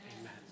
Amen